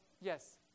Yes